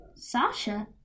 Sasha